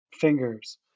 fingers